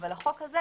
אבל החוק הזה,